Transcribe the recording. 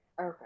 okay